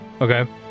Okay